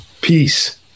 peace